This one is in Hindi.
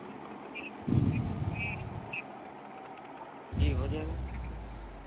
जी हो जाएगा